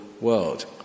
world